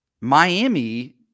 Miami